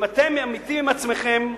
אם אתם אמיתיים עם עצמכם,